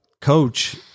coach